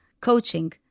coaching